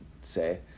say